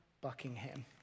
Buckingham